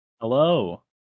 Hello